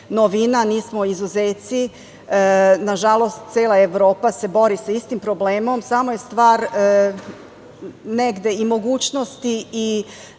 novina, nismo izuzeci. Nažalost, cela Evropa se bori sa istim problemom. Samo je stvar negde i mogućnosti i